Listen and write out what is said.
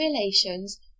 relations